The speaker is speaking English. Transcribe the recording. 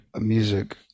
music